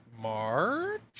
march